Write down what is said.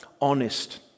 honest